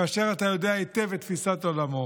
כאשר אתה יודע היטב את תפיסת עולמו,